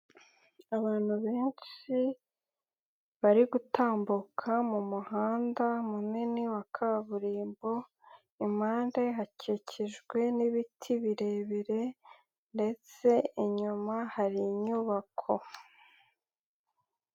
Abantu benshi bari gutambuka mu muhanda munini wa kaburimbo, impande hakikijwe n'ibiti birebire ndetse inyuma hari inyubako.